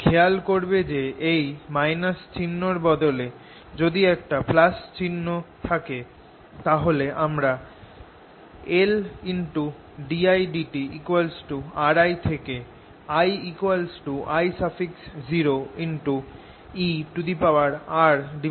খেয়াল করবে যে এই - চিহ্ন এর বদলে যদি একটা চিহ্ন থাকে তাহলে আমরা LddtI RI থেকে I I0eRLt পাব